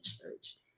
church